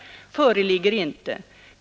pendeltrafiken föreligger inte.